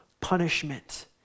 punishment